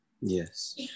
Yes